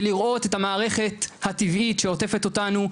זה לראות את המערכת הטבעית שעוטפת אותנו,